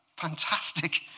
fantastic